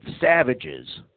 savages